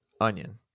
onion